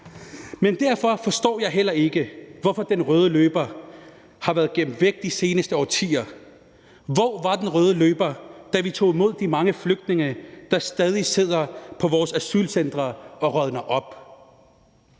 Men jeg forstår ikke, hvorfor den røde løber har været gemt væk de seneste årtier. Hvor var den røde løber, da vi tog imod de mange flygtninge, der stadig sidder på vores asylcentre og rådner op?